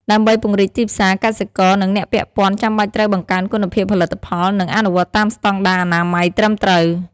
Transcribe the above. ដើម្បីពង្រីកទីផ្សារ កសិករនិងអ្នកពាក់ព័ន្ធចាំបាច់ត្រូវបង្កើនគុណភាពផលិតផល និងអនុវត្តតាមស្តង់ដារអនាម័យត្រឹមត្រូវ។